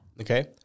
Okay